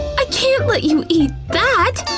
i can't let you eat that.